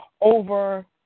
over